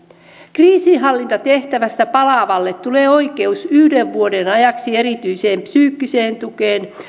kriisinhallintatehtävästä palaavalle tulee oikeus yhden vuoden ajaksi erityiseen psyykkiseen tukeen